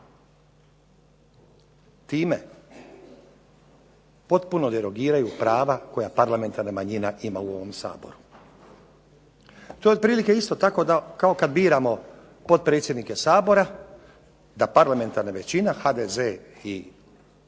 Time potpuno derogiraju prava koja parlamentarna manjina ima u ovom Saboru. To je otprilike isto tako kao kad biramo potpredsjednike Sabora da parlamentarna većina HDZ i